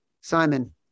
Simon